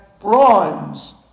bronze